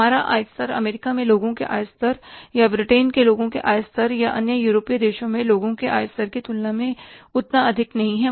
हमारा आय स्तर अमेरिका में लोगों के आय स्तर या ब्रिटेन में लोगों के आय स्तर या अन्य यूरोपीय देशों में लोगों के आय स्तर की तुलना में उतना अधिक नहीं है